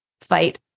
fight